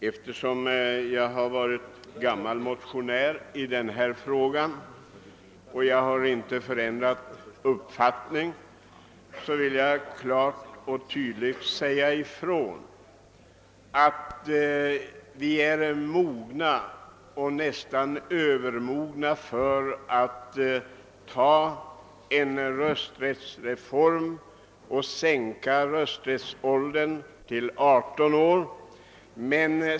Eftersom jag varit gammal motionär i denna fråga och inte ändrat uppfattning, vill jag klart och tydligt säga ifrån att vi är mogna, nästan övermogna, att nu ta en rösträttsreform och sänka rösträttsåldern till 18 år.